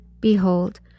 behold